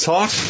Talk